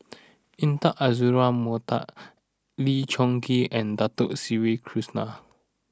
Intan Azura Mokhtar Lee Choon Kee and Dato Sri Krishna